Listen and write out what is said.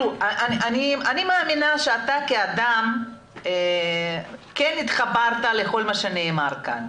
אני מאמינה שאתה כאדם כן התחברת לכל מה שנאמר כאן,